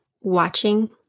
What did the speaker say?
watching